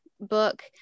book